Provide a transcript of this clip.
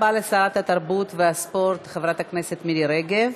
תודה רבה לשרת התרבות והספורט חברת הכנסת מירי רגב.